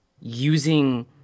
Using